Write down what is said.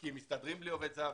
כי מסתדרים בלי עובד זר.